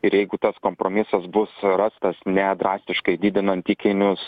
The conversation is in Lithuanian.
ir jeigu tas kompromisas bus rastas ne drastiškai didinant įkainius